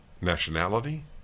nationality